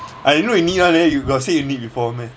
I didn't know you neat [one] eh you got say you neat before [one] meh